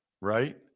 right